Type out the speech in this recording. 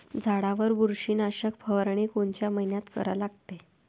झाडावर बुरशीनाशक फवारनी कोनच्या मइन्यात करा लागते?